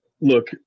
Look